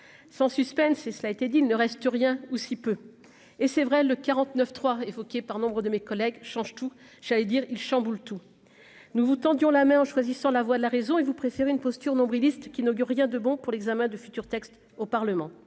sans suspense et cela a été dit, il ne reste rien ou si peu, et c'est vrai le 49 3, évoquée par nombre de mes collègues change tout, j'allais dire il chamboule tout, nous vous tendons la main en choisissant la voie de la raison et vous préférez une posture nombriliste qui n'augure rien de bon pour l'examen du futur texte au Parlement,